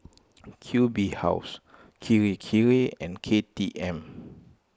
Q B House Kirei Kirei and K T M